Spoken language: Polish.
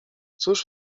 cóż